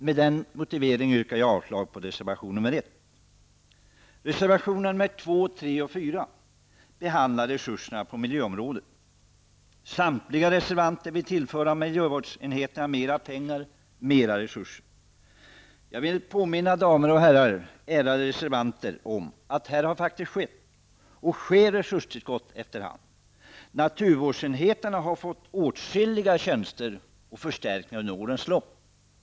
Med den motiveringen yrkar jag avslag på reservation nr 1. Reservationerna 2, 3 och 4 behandlar resurserna på miljöområdet. Samtliga reservanter vill tillföra miljövårdsenheterna mera pengar och mera resurser. Jag vill påminna damer och herrar, ärade reservanter, om att här har faktiskt skett och sker resurstillskott efter hand. Naturvårdsenheterna har fått åtskilliga tjänster och förstärkningar under årens lopp.